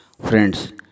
Friends